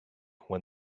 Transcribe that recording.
when